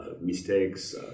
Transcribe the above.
mistakes